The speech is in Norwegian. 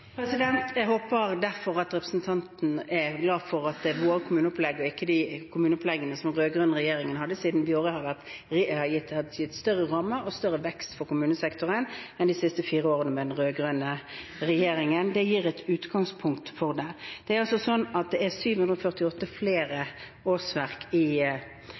Jeg håper derfor at representanten er glad for at det er våre kommuneopplegg og ikke de kommuneoppleggene som den rød-grønne regjeringen hadde, som gjelder, siden vi i år har gitt større rammer og fått større vekst i kommunesektoren enn i de siste fire årene med den rød-grønne regjeringen. Det gir et utgangspunkt. Det er 748 flere årsverk til undervisningen i skolen nå. Det er